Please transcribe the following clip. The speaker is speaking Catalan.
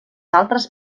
altres